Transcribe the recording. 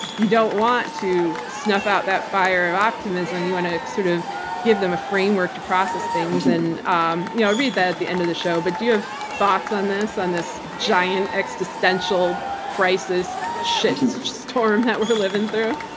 you don't want to snuff out that fire of optimism. you want to sort of give them a framework to process things and um i'll read that at the end of the show, but do you have thoughts on this on this giant existential crisis shitstorm that we're living through?